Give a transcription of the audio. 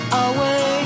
away